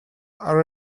are